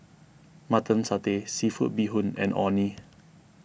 Mutton Satay Seafood Bee Hoon and Orh Nee